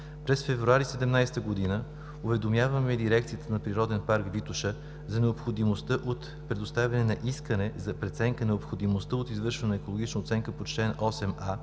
През февруари 2017 г. уведомяваме дирекцията на „Природен парк Витоша“ за необходимостта от предоставяне на искане за преценка на необходимостта от извършване на екологична оценка по чл. 8а